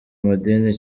madini